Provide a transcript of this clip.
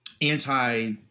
anti